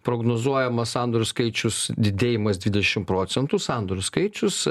prognozuojamas sandorių skaičius didėjimas dvidešim procentų sandorių skaičius